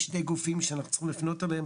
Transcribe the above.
יש שני גופים שאנחנו צריכים לפנות אליהם